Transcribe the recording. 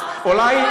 אז אולי,